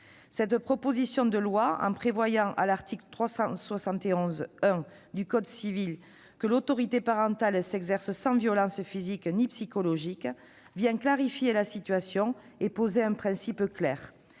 Cette proposition de loi, en prévoyant à l'article 371-1 du code civil que « l'autorité parentale s'exerce sans violences physiques ou psychologiques », vient clarifier la situation et poser un principe clair.